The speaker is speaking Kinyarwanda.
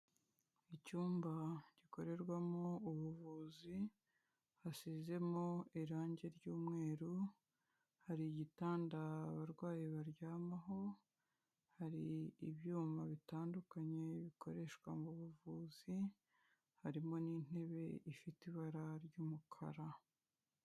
Icyumba gikorerwamo ubuvuzi, hasizemo irangi ry'umweru, hari igitanda abarwayi baryamaho, hari ibyuma bitandukanye bikoreshwa mu buvuzi, harimo n'intebe ifite ibara ry'umukara.